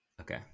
Okay